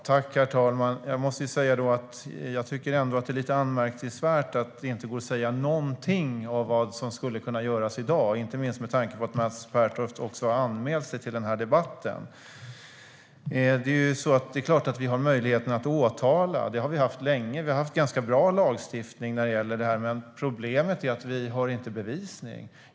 Herr talman! Det är anmärkningsvärt att Mats Pertoft inte kan säga något om vad som skulle kunna göras i dag, inte minst med tanke på att Mats Pertoft har anmält sig till denna debatt. Vi har möjligheten att åtala. Det har vi haft länge, och vi har ganska bra lagstiftning när det gäller detta. Problemet är att vi inte har bevisning.